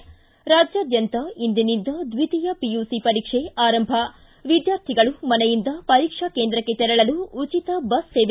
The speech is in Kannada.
ರಾಜ್ಯಾದ್ಯಂತ ಇಂದಿನಿಂದ ದ್ನಿತೀಯ ಪಿಯುಸಿ ಪರೀಕ್ಷೆ ಆರಂಭ ವಿದ್ಯಾರ್ಥಿಗಳು ಮನೆಯಿಂದ ಪರೀಕ್ಷಾ ಕೇಂದ್ರಕ್ಷೆ ತೆರಳಲು ಉಚಿತ ಬಸ್ ಸೇವೆ